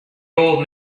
old